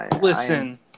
Listen